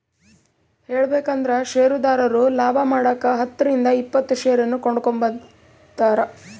ಹೇಳಬೇಕಂದ್ರ ಷೇರುದಾರರು ಲಾಭಮಾಡಕ ಹತ್ತರಿಂದ ಇಪ್ಪತ್ತು ಷೇರನ್ನು ಕೊಂಡುಕೊಂಬ್ತಾರ